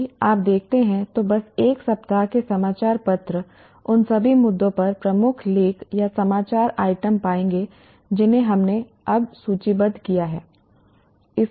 यदि आप देखते हैं तो बस एक सप्ताह के समाचार पत्र उन सभी मुद्दों पर प्रमुख लेख या समाचार आइटम पाएंगे जिन्हें हमने अब सूचीबद्ध किया है